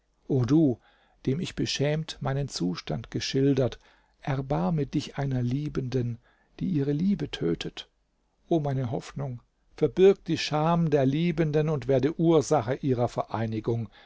o du dem ich beschämt meinen zustand geschildert erbarme dich einer liebenden die ihre liebe tötet o meine hoffnung verbirg die scham der liebenden und werde ursache ihrer vereinigung